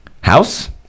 House